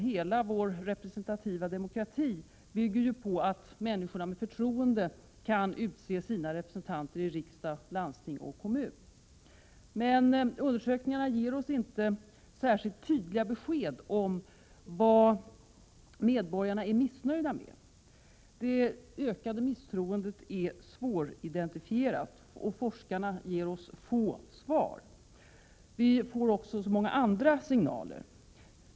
Hela vår representativa demokrati bygger ju på att människorna med förtroende kan utse sina representanter i riksdag, landsting och kommun. Men undersökningarna ger inte särskilt tydliga besked om vad medborgarna är missnöjda med. Det ökade misstroendet är svåridentifierat, och forskarna ger oss få svar. Vi får också många andra signaler.